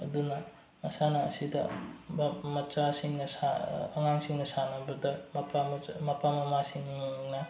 ꯑꯗꯨꯅ ꯃꯁꯥꯟꯅ ꯑꯁꯤꯗ ꯃꯆꯥꯁꯤꯡꯅ ꯑꯉꯥꯡꯁꯤꯡꯅ ꯁꯥꯟꯅꯕꯗ ꯃꯄꯥ ꯃꯃꯥꯁꯤꯡꯅ